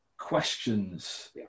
questions